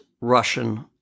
Russian